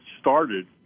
started